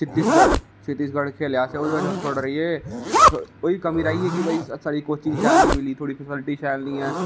छत्तीसगढ छत्तिसगढ खेलेआ असें उत्थै थोह्ड़ी कमी रेही गेई भाई थोड़ी कोंचिग शैल नेईं मिली थोह्ड़ी क्वालिटी शैल नेईं ऐ